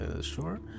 sure